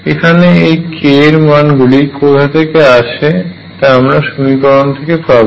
এখানে এই k এর মান গুলি কোথা থেকে আসে তা আমরা সমীকরণ থেকে পাব